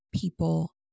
people